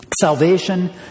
salvation